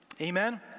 Amen